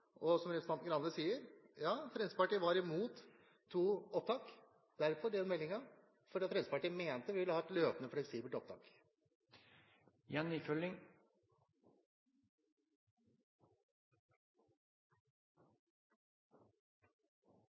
Som representanten Grande sier: Fremskrittspartiet var imot to opptak. Derfor skrev vi det vi gjorde i forbindelse med meldingen, fordi Fremskrittspartiet ville ha et løpende, fleksibelt